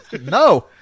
No